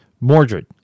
Mordred